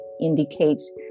indicates